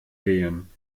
gehen